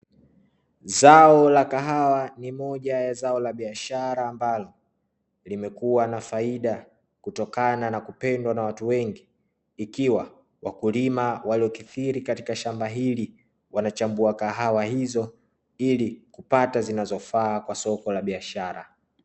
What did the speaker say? Zao la kahawa ni moja ya zao la biashara ambalo limekua na faida kutokana na kupendwa na watu wengi, ikiwa wakulima waliokithiri katika shamba hili wanachambua kahawa hizo ili kupata zinazofaa kwa soko la biashara.